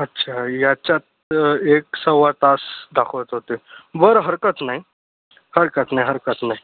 अच्छा याच्यात एक सव्वा तास दाखवत होते बरं हरकत नाही हरकत नाही हरकत ही